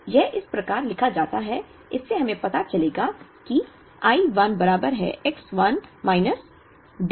तो यह इस प्रकार लिखा जाता है इससे हमें पता चलेगा कि I 1 बराबर है X 1 माइनस D 1 के